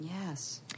Yes